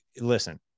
listen